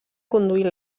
conduir